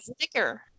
sticker